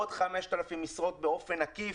עוד 5,000 משרות באופן עקיף,